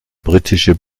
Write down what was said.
britische